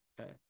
Okay